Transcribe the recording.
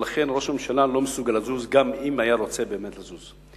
ולכן ראש הממשלה לא מסוגל לזוז גם אם היה רוצה באמת לזוז.